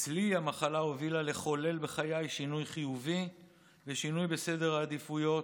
אצלי המחלה הובילה אותי לחולל בחיי שינוי חיובי ושינוי בסדר העדיפויות.